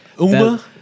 Uma